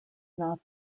not